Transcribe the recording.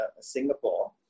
Singapore